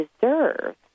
deserve